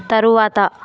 తరువాత